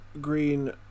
green